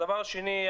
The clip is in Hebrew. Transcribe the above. דבר שני,